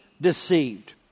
deceived